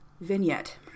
vignette